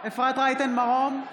אפרת רייטן מרום,